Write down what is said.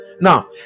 now